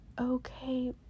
Okay